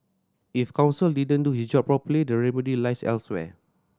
if counsel didn't do his job properly the remedy lies elsewhere